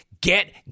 Get